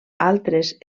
altres